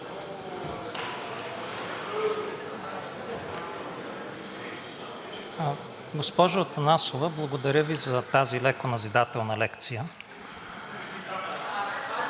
Госпожо Атанасова, благодаря Ви за тази леко назидателна лекция.